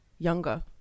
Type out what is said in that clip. Younger